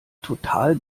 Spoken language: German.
total